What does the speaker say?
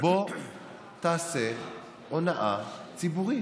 בוא תעשה הונאה ציבורית.